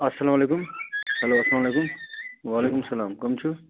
اَسلام علیکُم ہیٚلو اسلام علیکُم وعلیکُم سَلام کٕم چھِو